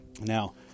Now